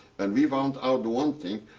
and we found out one thing.